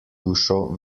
dušo